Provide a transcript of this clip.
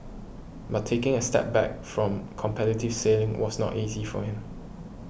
but taking a step back from competitive sailing was not easy for him